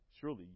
surely